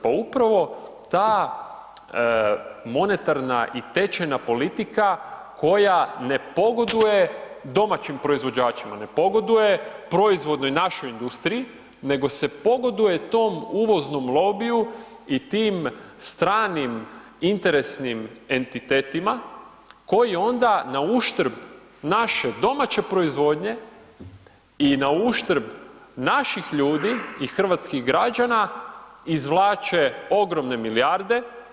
Pa upravo ta monetarna i tečajna politika, koja ne pogoduje domaćim proizvođačima, ne pogoduje, proizvodnoj i našoj industriju, nego se pogoduje tom uvoznom lobiju i tim stranim interesnim entitetima, koji onda na uštrb naše domaće proizvodnje i na uštrb naših ljudi i hrvatskih građana, izvlače ogromne milijarde.